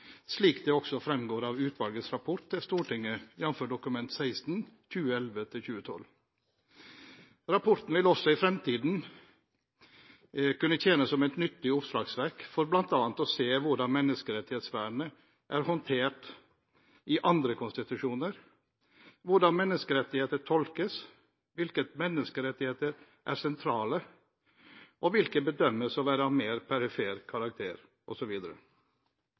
slik det også fremgår av utvalgets rapport til Stortinget, jf. Dokument 16 for 2011–2012. Rapporten vil også i fremtiden kunne tjene som et nyttig oppslagsverk for bl.a. å se hvordan menneskerettighetsvernet er håndtert i andre konstitusjoner, hvordan menneskerettigheter tolkes, hvilke menneskerettigheter som er sentrale, og hvilke som bedømmes å være av mer perifer karakter,